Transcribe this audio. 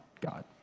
God